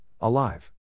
alive